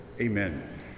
Amen